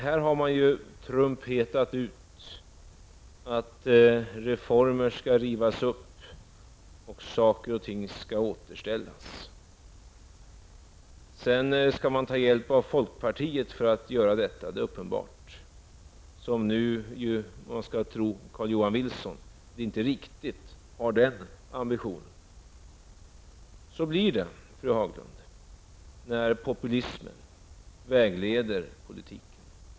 Här har man ju trumpetat ut att reformer skall rivas upp och att saker och ting skall återställas. Vidare är det uppenbart att man för att åstadkomma detta skall ta hjälp av folkpartiet, som -- om vi skall ta tro Carl-Johan Wilson -- inte riktigt har den ambitionen. Så blir det, fru Haglund, när populismen vägleder politiken.